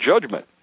judgment